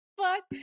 fuck